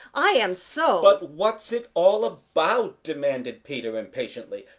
i am so! but what's it all about? demanded peter impatiently.